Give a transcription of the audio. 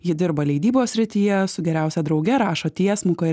ji dirba leidybos srityje su geriausia drauge rašo tiesmuką